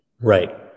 Right